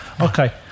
Okay